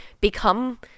become